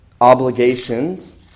obligations